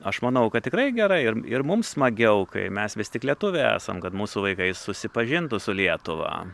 aš manau kad tikrai gerai ir ir mums smagiau kai mes vis tik lietuviai esam kad mūsų vaikai susipažintų su lietuva